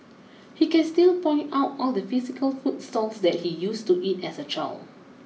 he can still point out all the physical food stalls that he used to eat at as a child